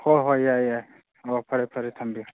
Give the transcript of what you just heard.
ꯍꯣꯏ ꯍꯣꯏ ꯌꯥꯏ ꯌꯥꯏ ꯑꯣ ꯐꯔꯦ ꯐꯔꯦ ꯊꯝꯕꯤꯔꯣ